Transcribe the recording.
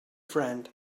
friend